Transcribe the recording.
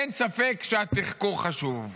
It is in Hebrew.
אין ספק שהתחקור חשוב.